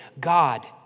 God